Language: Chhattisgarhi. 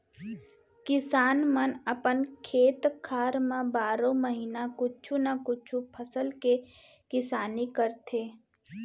किसान मन अपन खेत खार म बारो महिना कुछु न कुछु फसल के किसानी करथे